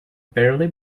barely